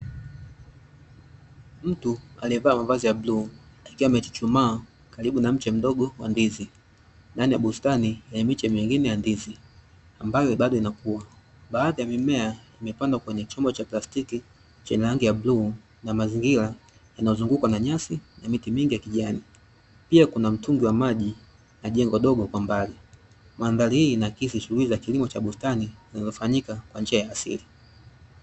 Mtu aliyevaa mavazi ya bluu akiwa amechuchumaa karibu na mche mdogo wa ndizi ndani ya bustani yenye miche mingine ya ndizi, ambayo bado inakuwa, baadhi ya mimea imepandwa kwenye chombo cha plastiki chenye rangi ya bluu na mazingira yanazungukwa na nyasi na miti mingi ya kijani, pia kuna mtungi wa maji na jengo dogo kwa mbali, mandhari hii inakidhi shughuli za kilimo cha bustani inayofanyika kwa njia za asili.